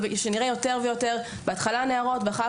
ושנראה יותר ויותר בהתחלה נערות ואחר